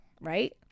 right